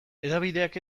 hedabideak